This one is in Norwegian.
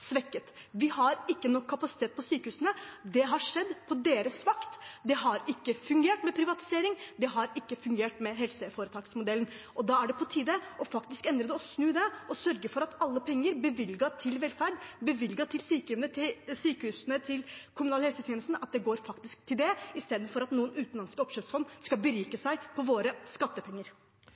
svekket. Vi har ikke nok kapasitet på sykehusene. Det har skjedd på deres vakt. Det har ikke fungert med privatisering, det har ikke fungert med helseforetaksmodellen, og da er det på tide faktisk å endre det, snu det og sørge for at alle penger bevilget til velferd, til sykehjemmene, til sykehusene, til den kommunale helsetjenesten, faktisk går til det, istedenfor at noen utenlandske oppkjøpsfond skal berike seg på våre skattepenger.